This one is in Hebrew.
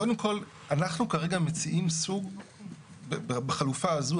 קודם כל אנחנו כרגע מציעים בחלופה הזו,